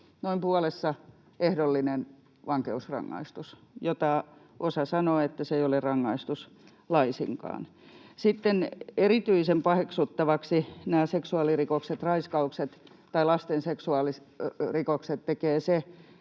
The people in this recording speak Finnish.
noin puolessa ehdollinen vankeusrangaistus, josta osa sanoo, että se ei ole rangaistus laisinkaan. Sitten erityisen paheksuttaviksi nämä seksuaalirikokset, raiskaukset tai lasten seksuaalirikokset tekee se,